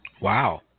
Wow